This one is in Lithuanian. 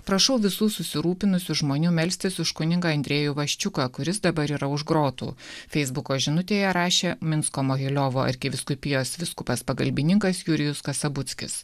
prašau visų susirūpinusių žmonių melstis už kunigą andrejų vaščiuką kuris dabar yra už grotų feisbuko žinutėje rašė minsko mohiliovo arkivyskupijos vyskupas pagalbininkas jurijus kasabuckis